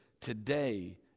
today